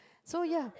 so ya